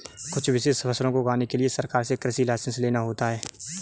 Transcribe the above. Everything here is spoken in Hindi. कुछ विशेष फसलों को उगाने के लिए सरकार से कृषि लाइसेंस लेना होता है